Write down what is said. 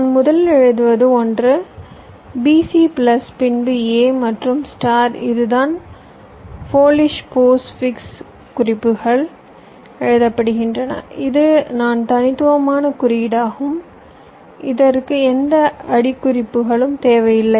நான் முதலில் எழுதுவது 1 BC பிளஸ் பின்பு A மற்றும் ஸ்டார் இதுதான் போலிஷ் போஸ்ட் ஃபிக்ஸ் குறிப்புகள் எழுதப்படுகின்றன இது தனித்துவமான குறியீடாகும் இதற்கு எந்த அடைப்புக்குறிகளும் தேவையில்லை